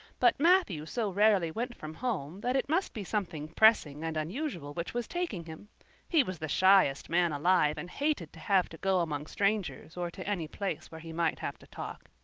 but matthew so rarely went from home that it must be something pressing and unusual which was taking him he was the shyest man alive and hated to have to go among strangers or to any place where he might have to talk.